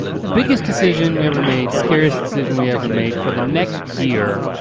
biggest decision we ever made, scariest decision we ever made for the next year,